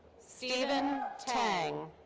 stephen tang.